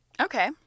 Okay